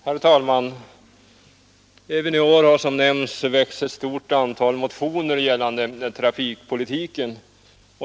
Herr talman! Även i år har, som nämnts, väckts ett stort antal motioner gällande trafikpolitiken.